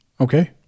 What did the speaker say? Okay